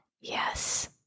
yes